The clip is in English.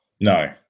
No